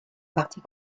partie